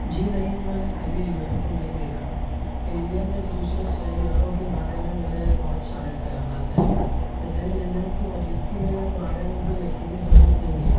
جی نہیں میں نے کبھی یو ایف او نہیں دیکھا ایلینز اور دوسرے سیاروں کے بارے میں میرے بہت سارے خیالات ہیں جیسے ایلینز کی موجودگی میں بارے میں کوئی یقینی ثبوت نہیں ہیں